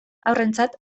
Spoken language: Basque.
haurrentzat